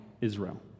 Israel